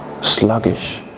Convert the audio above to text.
sluggish